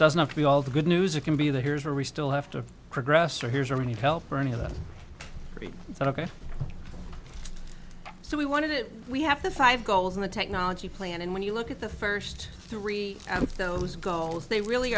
doesn't have to be all the good news it can be that here's where we still have to progress or here's or any help or any of us so we want to we have the five goals in the technology plan and when you look at the first three of those goals they really